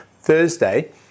Thursday